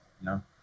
No